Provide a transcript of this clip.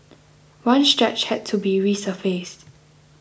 one stretch had to be resurfaced